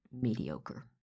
mediocre